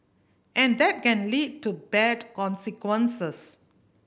and that can lead to bad consequences